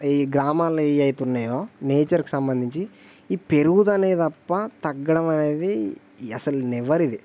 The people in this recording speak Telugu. ఈ గ్రామాల్లో ఏవి అయితే ఉన్నాయో నేచర్కి సంబంధించి ఈ పెరుగుదలే తప్ప తగ్గడం అనేది అసలు నెవ్వర్ ఇది